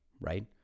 right